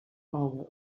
our